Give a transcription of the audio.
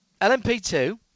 LMP2